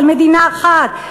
של מדינה אחת,